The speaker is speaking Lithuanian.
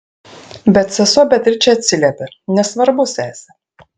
bet sesuo beatričė atsiliepia nesvarbu sese